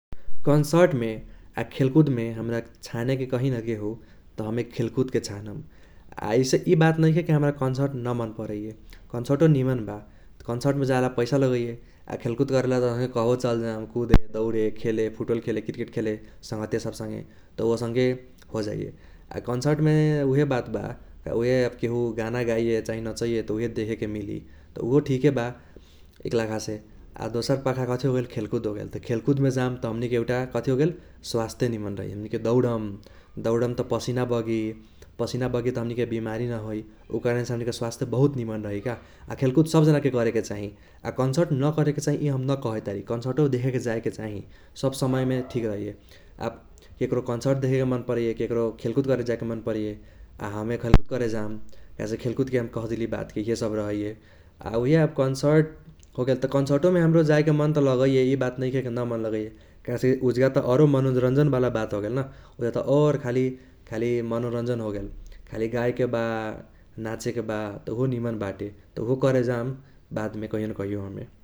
कॉन्सर्टमे आ खेलकुदमे हमरा छानेके कही न केहु त हमे खेलकुदके छानम। आ ऐसे इ बात नाइखे कि हमरा कॉन्सर्ट न मन परैये। कॉन्सर्टो निमन बा कॉन्सर्टमे जाईला पैसा लगैये आ खेलकुद करेल त कहबो चलजाम कूदे दौडे खेले फूटबल खेले क्रिकेट खेले संगहतिया सब संगे त उसङ्के होजाइए। आ कॉन्सर्टमे उहे बात बा उहे आब केहु गाना गाइए चाही नचैए त उहे देखेके मिली त उहो ठीके बा एकलाखासे। दोसर पाखा कथी होगेल खेलकुद होगेल त खेलकुदमे जाम त हमनीके एउटा कथी होगेल स्वास्थ्य निमन रही। हमनीके दौडम दौडम त पसीना बगी पसीना बगी त हमनीके बीमारी न होइ उ कारणसे हमनीके स्वास्थ्य बहुत निमन रहि का। आ खेलकुद सब जनाके करेके चाही आ कॉन्सर्ट न करेके चाही इ हम न कहितारी कॉन्सर्टो देखेके जाइके चाही। सब समयमे ठीक रहैये। आब केकरो कॉन्सर्ट देखेके मन परैये केकरो खेलकुद करे जाइके मन परैये आ हमे खेलकुद करे जाम काहेसे खेलकुदके हम देली बात कि हे सब रहैये। आ उहे आब कॉन्सर्ट होगेल त कॉन्सर्टोमे हमरो जाइके मन त लगैये इ बात त नाइखे कि मन न लगैये काहेसे उजगा त औरो मनोरंजनवाला बात होगेल न उजगा त और खाली खाली मनोरंजन होगेल खाली गाएके बा नाचेके बा त उहो निमन बाते त उहो करे जाम बादमे कहियो न कहियो हमे ।